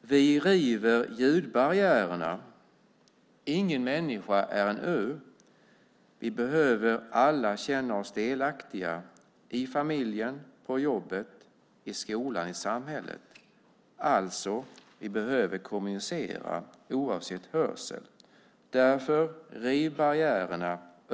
Vi river ljudbarriärerna. Ingen människa är en ö. Vi behöver alla känna oss delaktiga - i familjen, på jobbet, i skolan, i samhället. Alltså behöver vi kommunicera oavsett hörsel. Riv barriärerna.